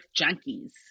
junkies